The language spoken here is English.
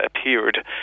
appeared